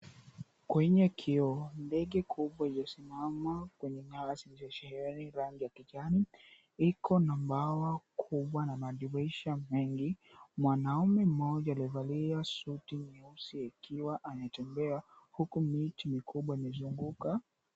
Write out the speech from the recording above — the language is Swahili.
Kwenye kioo, ndege kubwa iliyosimama kwenye nyasi iliyosheheni rangi ya kijani, iko na mbawa kubwa na madirisha mengi. Mwanaume mmoja aliyevalia suti nyeusi akiwa ametembea, huku miti mikubwa imezunguka.